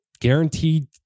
Guaranteed